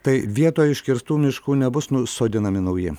tai vietoj iškirstų miškų nebus sodinami nauji